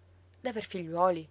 adesso d'aver figliuoli